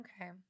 Okay